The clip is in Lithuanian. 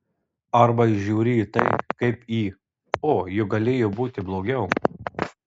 arba žiūri į tai kaip į o juk galėjo būti blogiau